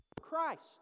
Christ